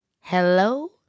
Hello